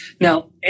Now